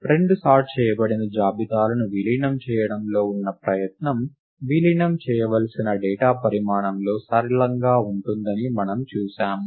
రెండు సార్ట్ చేయబడిన జాబితాలను విలీనం చేయడంలో ఉన్న ప్రయత్నం విలీనం చేయవలసిన డేటా పరిమాణంలో సరళంగా ఉంటుందని మనము చూశాము